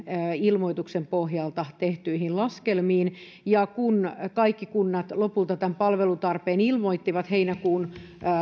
ilmoituksen pohjalta tehtyihin laskelmiin kun kaikki kunnat lopulta tämän palvelutarpeen ilmoittivat heinäkuun